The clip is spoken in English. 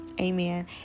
Amen